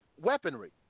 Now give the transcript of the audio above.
weaponry